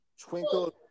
Twinkle